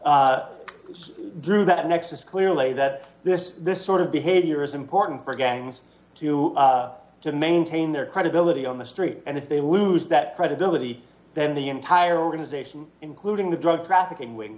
trial drew that nexus clearly that this this sort of behavior is important for gangs to to maintain their credibility on the street and if they lose that credibility then the entire organization including the drug trafficking w